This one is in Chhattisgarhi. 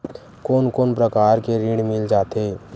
कोन कोन प्रकार के ऋण मिल जाथे?